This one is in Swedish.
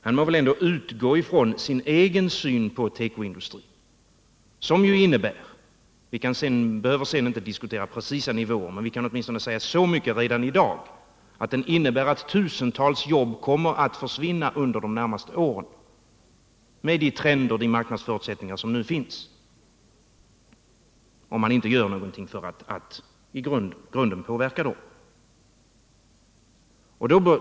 Han må väl ändå utgå ifrån sin egen syn på tekoindustrin, som ju innebär — vi behöver sedan inte diskutera precisa nivåer men så här mycket kan vi säga redan i dag — att tusentals jobb kommer att försvinna under de närmaste åren med de trender och marknadsförutsättningar som nu finns, om man inte gör någonting för att i grunden påverka dem.